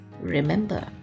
remember